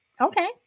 Okay